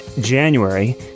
January